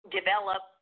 develop